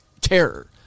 terror